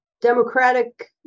Democratic